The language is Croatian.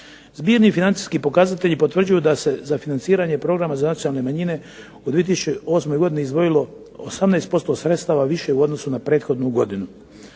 Zbirni i financijski pokazatelji potvrđuju da se za financiranje programa za nacionalne manjine u 2008. godini izdvojilo 18% sredstava više u odnosu na prethodnu godinu.